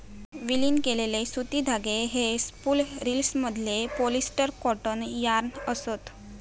विलीन केलेले सुती धागे हे स्पूल रिल्समधले पॉलिस्टर कॉटन यार्न असत